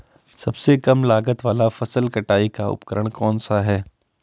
सबसे कम लागत वाला फसल कटाई का उपकरण कौन सा है?